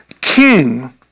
King